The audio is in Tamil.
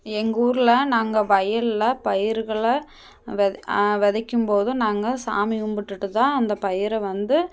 எங்கூரில் நாங்கள் வயலில் பயிர்களை வெ விதைக்கும்போதும் நாங்கள் சாமி கும்பிட்டுட்டு தான் அந்த பயிரை வந்து